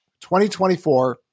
2024